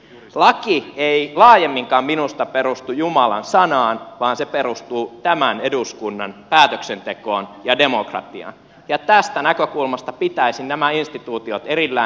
laki ei laajemminkaan minusta perustu jumalan sanaan vaan se perustuu tämän eduskunnan päätöksentekoon ja demokratiaan ja tästä näkökulmasta pitäisin nämä instituutiot erillään